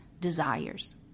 desires